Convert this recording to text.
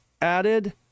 added